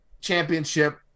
championship